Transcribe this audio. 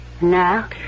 Now